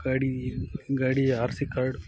ಗಾಡಿ ಗಾಡಿ R C card